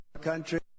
country